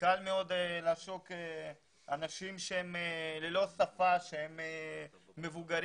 קל מאוד לעשוק אנשים שהם ללא שפה ושהם מבוגרים.